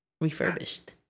Refurbished